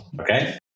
Okay